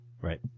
Right